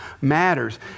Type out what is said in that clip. matters